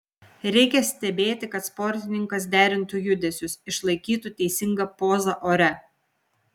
reikia stebėti kad sportininkas derintų judesius išlaikytų teisingą pozą ore